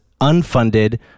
unfunded